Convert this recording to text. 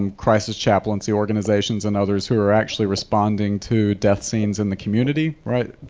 um crisis chaplaincy organizations and others who are actually responding to death scenes in the community, right?